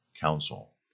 Council